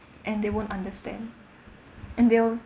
and they won't understand and they'll